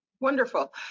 Wonderful